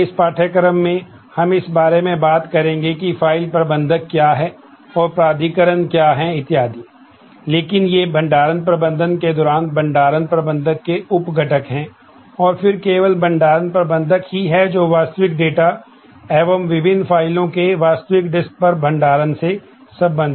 बाद में इस पाठ्यक्रम में हम इस बारे में बात करेंगे कि फ़ाइल प्रबंधक क्या है और प्राधिकरण क्या है इत्यादि लेकिन ये भंडारण प्रबंधन के दौरान भंडारण प्रबंधक के उप घटक हैं और फिर केवल भंडारण प्रबंधक ही है जो वास्तविक डेटा एवं विभिन्न फ़ाइलों के वास्तविक डिस्क पर भंडारण से संबंधित है